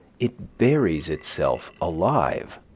it buries itself alive.